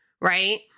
right